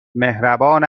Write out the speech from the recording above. مهربان